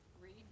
Read